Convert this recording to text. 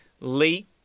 late